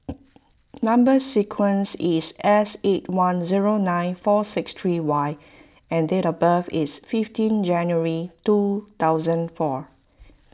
Number Sequence is S eight one zero nine four six three Y and date of birth is fifteen January two thousand four